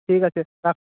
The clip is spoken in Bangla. ঠিক আছে